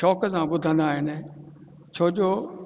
शौक़ सां ॿुधंदा आहिनि छो जो